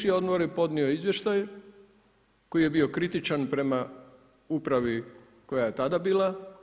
Bivši odbor je podnio izvještaj koji je bio kritičan prema upravi koja je tada bila.